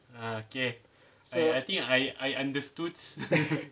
so